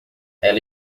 ela